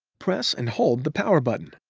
press and hold the power button.